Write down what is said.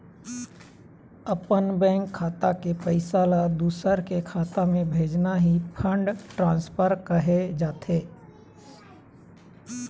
अपन बेंक खाता के पइसा ल दूसर के खाता म भेजना ही फंड ट्रांसफर कहे जाथे